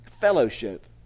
Fellowship